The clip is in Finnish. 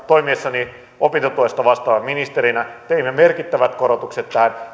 toimiessani opintotuesta vastaavana ministerinä teimme merkittävät korotukset tähän